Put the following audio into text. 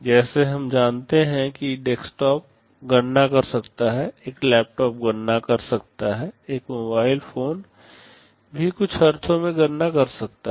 जैसे हम जानते हैं कि डेस्कटॉप गणना कर सकता है एक लैपटॉप गणना कर सकता है एक मोबाइल फोन भी कुछ अर्थों में गणना कर सकता है